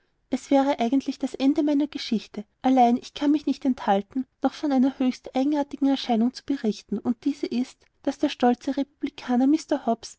das wäre eigentlich das ende meiner geschichte allein ich kann mich nicht enthalten noch von einer höchst eigenartigen erscheinung zu berichten und diese ist daß der stolze republikaner mr hobbs